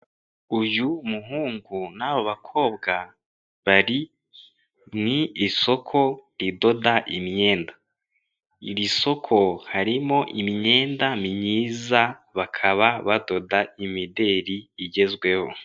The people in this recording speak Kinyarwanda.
Uyu muhungu n'aba bakobwa bari mu isoko ridoda imyenda. Iri soko harimo imyenda myiza bakaba badoda imideri igezweho.